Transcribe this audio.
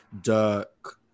Dirk